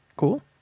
Cool